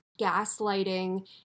gaslighting